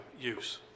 use